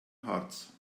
harz